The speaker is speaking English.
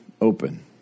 open